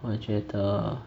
我觉得